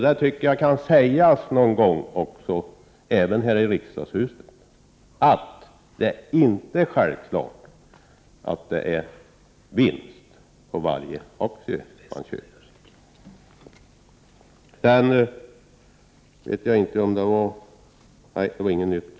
Det är bra att man någon gång säger, även här i riksdagen, att aktieaffärer inte alltid självklart innebär vinst.